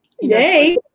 Yay